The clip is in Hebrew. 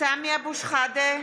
סמי אבו שחאדה,